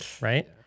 right